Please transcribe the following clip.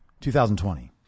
2020